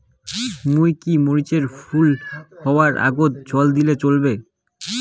মুই কি মরিচ এর ফুল হাওয়ার আগত জল দিলে চলবে?